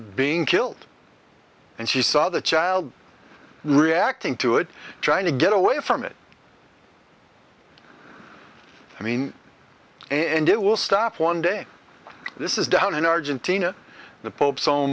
being killed and she saw the child reacting to it trying to get away from it i mean and it will stop one day this is down in argentina the pope